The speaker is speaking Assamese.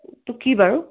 টো কি বাৰু